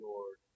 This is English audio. Lord